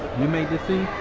you made this tea?